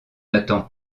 nathan